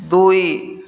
ଦୁଇ